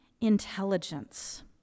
intelligence